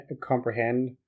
comprehend